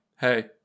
hey